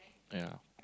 ya